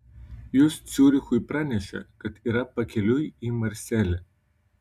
jis ciurichui pranešė kad yra pakeliui į marselį